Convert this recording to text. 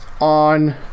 on